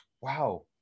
wow